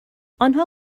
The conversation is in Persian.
آنها